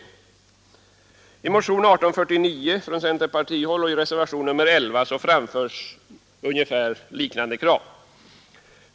I motionen 1849 från centerpartihåll och i reservationen 11 framförs liknande krav.